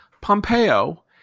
Pompeo